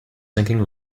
sinking